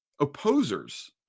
opposers